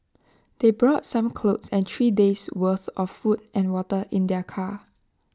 they brought some clothes and three days' worth of food and water in their car